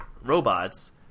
robots